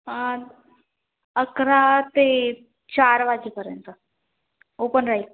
आ अकरा ते चार वाजेपर्यंत ओपन राहील